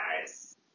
guys